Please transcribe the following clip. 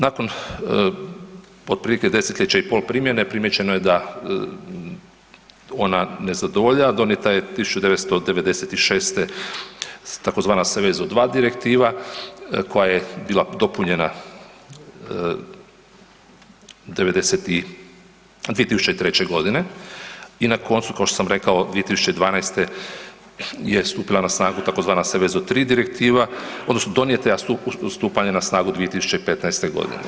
Nakon otprilike desetljeća i pol primjene, primijećeno je da ona ne zadovoljava, donijeta je 1996. tzv. Seveso II direktiva, koja je bila dopunjena 2003. g. i na koncu kao što sam rekao, 2012. je stupila na snagu tzv. Seveso III direktiva odnosno donijeta je a stupanje na snagu 2015. godine.